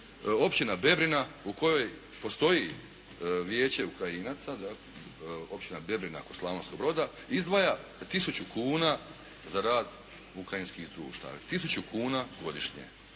općina Bebrina u kojoj postoji vijeće Ukrajinaca, općina Bebrina kod Slavonskog Broda izdvaja tisuću kuna za rad ukrajinskih društava. Tisuću kuna za